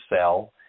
sell